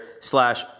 slash